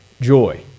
joy